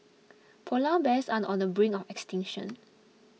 Polar Bears are on the brink of extinction